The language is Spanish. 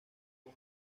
con